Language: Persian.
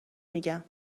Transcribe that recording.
میگم